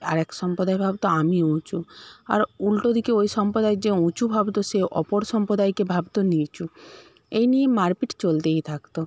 আর এক সম্প্রদায় ভাবত আমি উঁচু আর উল্টোদিকে ওই সম্প্রদায়ের যে উঁচু ভাবত সে অপর সম্প্রদায়কে ভাবত নিচু এই নিয়ে মারপিট চলতেই থাকত